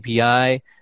API